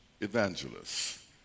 evangelists